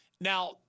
Now